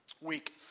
Week